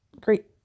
great